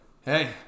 Hey